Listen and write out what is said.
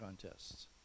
contests